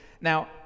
Now